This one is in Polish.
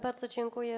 Bardzo dziękuję.